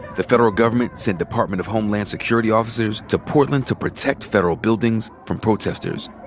the federal government sent department of homeland security officers to portland to protect federal buildings from protesters.